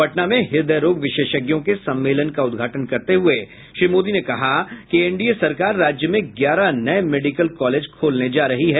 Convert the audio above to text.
पटना में हृदय रोग विशेषज्ञों के सम्मेलन का उद्घाटन करते हुए श्री मोदी नेकहा कि एनडीए सरकार राज्य में ग्यारह नये मेडिकल कॉलेज खोलने जा रही है